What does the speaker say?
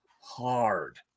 hard